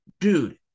dude